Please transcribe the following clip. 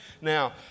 Now